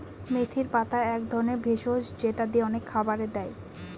মেথির পাতা এক ধরনের ভেষজ যেটা অনেক খাবারে দেয়